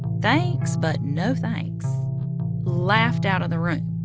thanks, but no thanks laughed out of the room